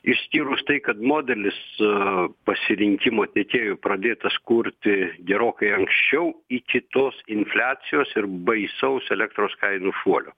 išskyrus tai kad modelis pasirinkimo tiekėjų pradėtas kurti gerokai anksčiau iki tos infliacijos ir baisaus elektros kainų šuolio